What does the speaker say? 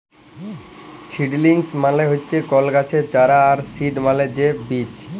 seedlings মানে হচ্যে কল গাছের চারা আর সিড মালে ছে বীজ